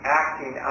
acting